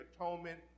atonement